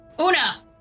Una